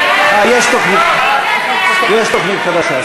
סליחה, סליחה, יש תוכנית חדשה.